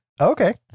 Okay